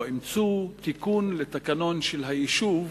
או אימצו תיקון לתקנון של היישוב,